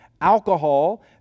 alcohol